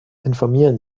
informieren